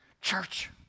Church